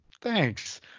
Thanks